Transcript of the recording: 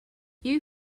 you